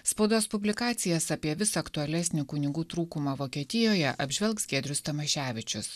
spaudos publikacijas apie vis aktualesnį kunigų trūkumą vokietijoje apžvelgs giedrius tamaševičius